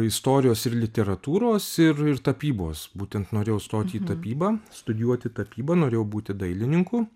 istorijos ir literatūros ir ir tapybos būtent norėjau stoti į tapybą studijuoti tapybą norėjau būti dailininku